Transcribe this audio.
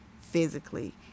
physically